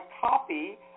copy